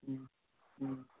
ꯎꯝ ꯎꯝ